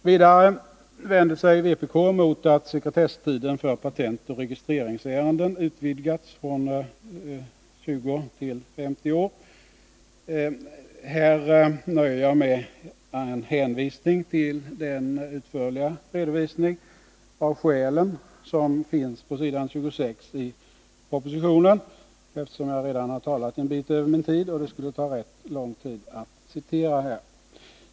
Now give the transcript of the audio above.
Vidare vänder sig vpk mot att sekretesstiden för patentoch registreringsärenden utvidgats från 20 till 50 år. Här nöjer jag mig med en hänvisning till den utförliga redovisning av skälen som finns på s. 26 i propositionen, eftersom jag redan har talat en bit över min tid och det skulle ta rätt lång tid att citera.